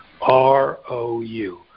R-O-U